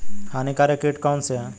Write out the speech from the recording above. हानिकारक कीट कौन कौन से हैं?